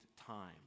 time